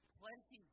plenty